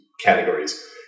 categories